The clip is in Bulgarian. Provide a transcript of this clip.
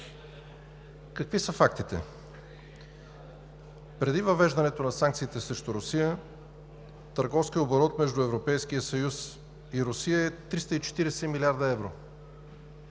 Какви са фактите? Преди въвеждането на санкциите срещу Русия търговският оборот между Европейския съюз и Русия е 340 млрд. евро;